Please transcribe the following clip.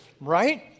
right